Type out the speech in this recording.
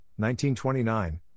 1929